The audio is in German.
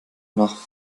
nach